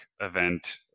event